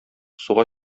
суга